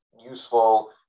useful